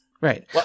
Right